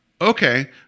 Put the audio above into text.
Okay